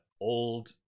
old